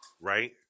Right